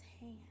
hand